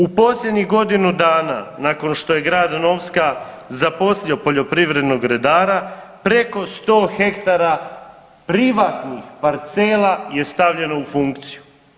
U posljednjih godinu dana nakon što je grad Novska zaposlio poljoprivrednog redara preko 100 ha privatnih parcela je stavljeno u funkciju.